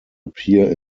appear